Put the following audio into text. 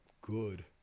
good